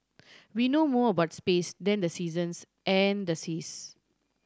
we know more about space than the seasons and the seas